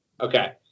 okay